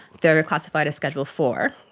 they are classified as schedule four.